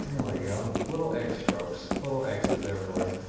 we go, little x strokes. little x's everywhere.